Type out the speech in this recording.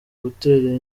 gutera